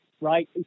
right